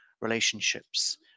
relationships